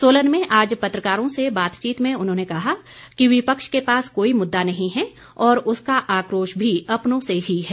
सोलन में आज पत्रकारों से बातचीत में उन्होंने कहा कि विपक्ष के पास कोई मुद्दा नहीं है और उसका आक्रोश भी अपनों से ही है